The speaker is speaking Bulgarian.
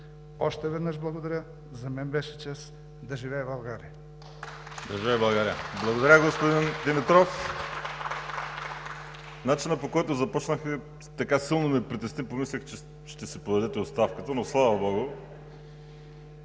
Още веднъж благодаря! За мен беше чест! Да живее България!